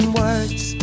words